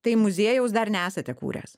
tai muziejaus dar nesate kūręs